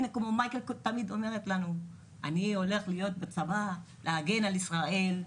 הנה כמו מייקל שתמיד אומר לנו שהוא הולך להיות בצבא להגן על ישראל,